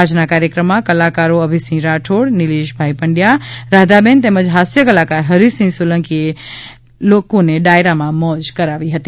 આજના કાર્યક્રમમાં કલાકારો અભેસિંહ રાઠોડનિલેશભાઈ પંડ્યા રાધાબેન તેમજ હાસ્ય કલાકાર હરિસિંહ સોલંકી એ ડાયરામાં લોકોને મોજ કરાવી હતી